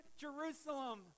Jerusalem